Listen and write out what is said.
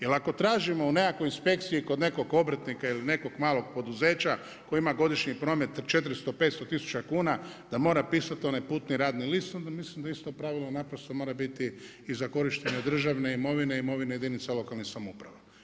Jer ako tražimo u nekakvoj inspekciji kod nekog obrtnika ili nekog malog poduzeća koji ima godišnji promet 400, 500 tisuća kuna da mora pisat onaj putni radni list onda mislim da isto pravilo naprosto mora biti i za korištenje državne imovine, imovine jedinica lokalnih samouprava.